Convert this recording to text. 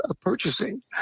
purchasing